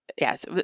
yes